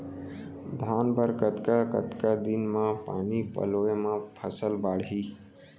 धान बर कतका कतका दिन म पानी पलोय म फसल बाड़ही?